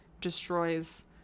destroys